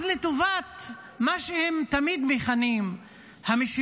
אז לטובת מה שהם תמיד מכנים המשילות,